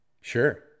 sure